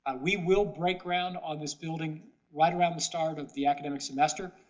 ah we will break ground on this building right around the start of the academic semester,